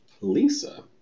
Lisa